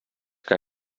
que